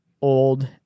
old